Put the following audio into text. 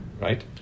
right